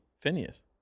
Phineas